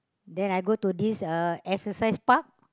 then I go to this uh exercise park